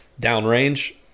downrange